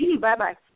Bye-bye